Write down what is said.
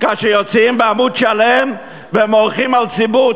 שיוצאים בעמוד שלם ומורחים על ציבור.